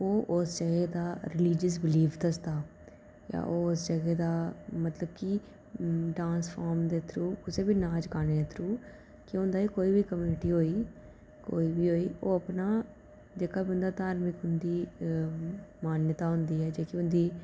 ओह् उस जगह दा रिलीजियस बिलीफ दस्सदा जां ओह् उस जगह दा मतलब की डांस फाॅर्म दे थ्रू कुसै बी नाच गाने दे थ्रू केह् होंदा की एह् कोई बी कम्युनिटी होई कोई बी होई ओह् अपना जेह्का बंदा धार्मक उं'दी मान्यता होंदी ऐ जेह्की उं'दी